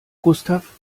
gustav